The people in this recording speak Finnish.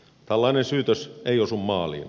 tällainen syytös ei osu maaliin